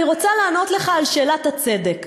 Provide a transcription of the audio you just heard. אני רוצה לענות לך על שאלת הצדק.